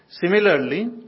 Similarly